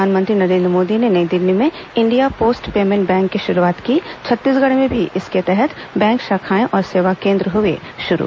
प्रधानमंत्री नरेन्द्र मोदी ने नई दिल्ली में इंडिया पोस्ट पेमेंट बैंक की शुरूआत की छत्तीसगढ़ में भी इसके तहत बैंक शाखाएं और सेवा केंद्र हुए शुरू